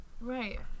Right